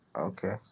Okay